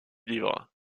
livre